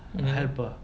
mmhmm